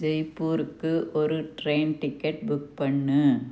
ஜெய்ப்பூருக்கு ஒரு train ticket book பண்ணு